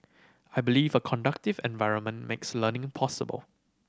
I believe a conducive environment makes learning possible